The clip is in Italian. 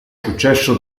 successo